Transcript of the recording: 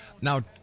Now